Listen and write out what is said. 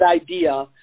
idea